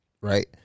Right